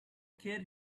kid